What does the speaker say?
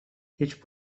هیچ